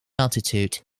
altitude